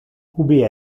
ubi